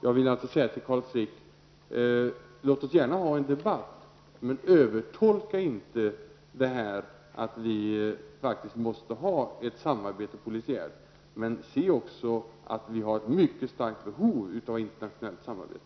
Jag vill säga till Carl Frick: Låt oss gärna ha en debatt, men övertolka inte det förhållande att vi faktiskt måste ha ett polisiärt samarbete! Vi har dock även ett mycket starkt behov av internationellt samarbete.